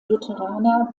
lutheraner